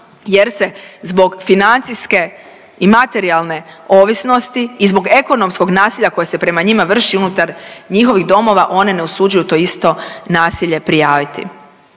jer se zbog financijske i materijalne ovisnosti i zbog ekonomskog nasilja koje se prema njima vrši unutar njihovih domova one ne usuđuju to isto nasilje prijaviti